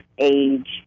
age